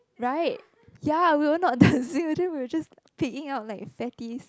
right ya we will not dancing then we will piging up like a fatty